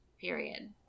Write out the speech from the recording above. period